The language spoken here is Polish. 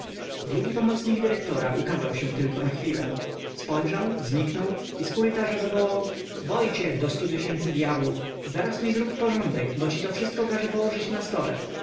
drugi pomocnik dyrektora ukazał się tylko na chwilę spojrzał zniknął i z kurytarza zawołał wojciech do stu tysięcy dyabłów zaraz mi zrób porządek bo ci to wszystko każę położyć na stole